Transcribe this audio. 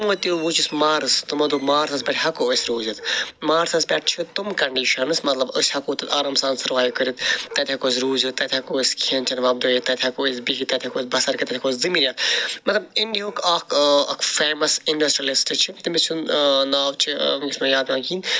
تِمو تہِ وٕچھُس مارٕس تِمو دوٚپ مارسس پٮ۪ٹھ ہٮ۪کو أسۍ روٗزِتھ مارسس پٮ۪ٹھ چھِ تِمہٕ کںٛڈِشنٕز مطلب أسۍ ہٮ۪کو تَتہِ آرام سان سٔروایِو کٔرِتھ تَتہِ ہٮ۪کو أسۍ روٗزِتھ تَتہِ ہٮ۪کو أسۍ کھٮ۪ن چٮ۪ن وۄبدٲیِتھ تَتہِ ہٮ۪کو أسۍ بِہِتھ تَتہِ ہٮ۪کو أسۍ بسر کٔرِتھ تَتہِ ہٮ۪کو أسۍ زٔمیٖن ہٮ۪تھ مطلب اِنڈِیِہُک اکھ اکھ فٮ۪مس انڈسٹِرٛیلِسٹ چھِ تٔمۍ سُنٛد ناو چھِ وٕنۍکٮ۪س چھُ مےٚ یاد پٮ۪وان کِہیٖنۍ